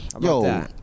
Yo